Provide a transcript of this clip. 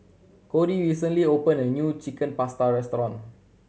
Codi recently opened a new Chicken Pasta restaurant